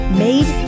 made